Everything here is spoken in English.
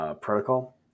protocol